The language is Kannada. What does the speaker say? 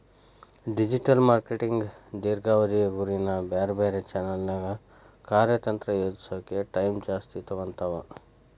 ಡಿಜಿಟಲ್ ಮಾರ್ಕೆಟಿಂಗ್ ದೇರ್ಘಾವಧಿ ಗುರಿನ ಬ್ಯಾರೆ ಬ್ಯಾರೆ ಚಾನೆಲ್ನ್ಯಾಗ ಕಾರ್ಯತಂತ್ರ ಯೋಜಿಸೋಕ ಟೈಮ್ ಜಾಸ್ತಿ ತೊಗೊತಾವ